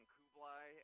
Kublai